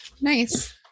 Nice